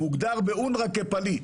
מוגדר באונר"א כפליט.